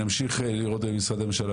נמשיך לראות במשרדי הממשלה,